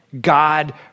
God